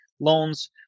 loans